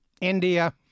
India